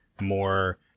more